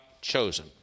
chosen